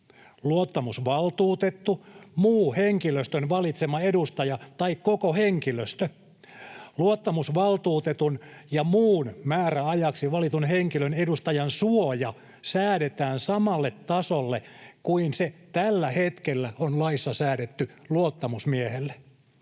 luottamusvaltuutettu, muu henkilöstön valitsema edustaja tai koko henkilöstö. Luottamusvaltuutetun ja muun määräajaksi valitun henkilöstön edustajan suoja säädetään samalle tasolle kuin se tällä hetkellä on laissa säädetty luottamusmiehelle.